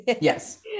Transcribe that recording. Yes